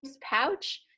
pouch